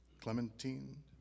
Clementine